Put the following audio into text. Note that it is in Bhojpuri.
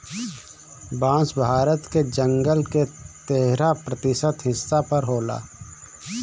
बांस भारत के जंगल के तेरह प्रतिशत हिस्सा पर होला